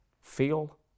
Feel